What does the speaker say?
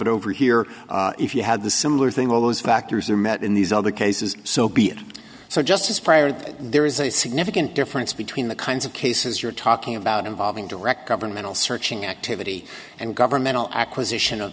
it over here if you have the similar thing all those factors are met in these other cases so be it so just as prior there is a significant difference between the kinds of cases you're talking about involving direct governmental searching activity and governmental acquisition of